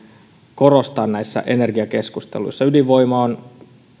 korostaa näissä energiakeskusteluissa ydinvoima on